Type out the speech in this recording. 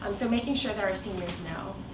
and so making sure that our seniors know,